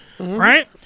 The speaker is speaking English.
Right